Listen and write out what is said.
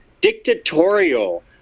dictatorial